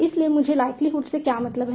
इसलिए मुझे लाइक्लीहुड से क्या मतलब है